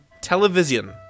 Television